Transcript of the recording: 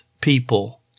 people